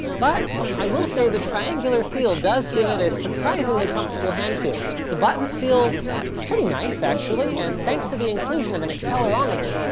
but i will say the triangular feel does give it a surprisingly comfortable hand feel. the buttons feel pretty nice, actually, and thanks to the inclusion of an accelerometer,